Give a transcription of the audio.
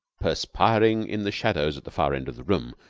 perspiring in the shadows at the far end of the room,